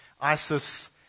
ISIS